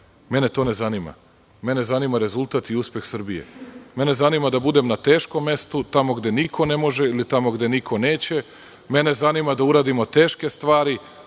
Mene to ne zanima. Mene zanima rezultat i uspeh Srbije. Mene zanima da budem na teškom mestu, tamo gde niko ne može ili gde tamo gde niko neće. Mene zanima da uradimo teške stvari,